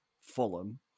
Fulham